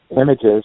images